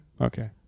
Okay